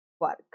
work